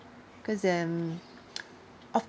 cause then of